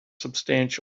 substantial